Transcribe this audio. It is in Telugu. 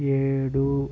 ఏడు